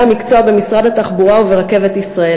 המקצוע במשרד התחבורה וב"רכבת ישראל".